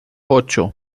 ocho